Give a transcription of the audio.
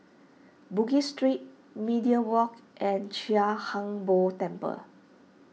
Bugis Street Media Walk and Chia Hung Boo Temple